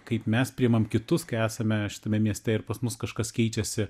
kaip mes priėmam kitus kai esame šitame mieste ir pas mus kažkas keičiasi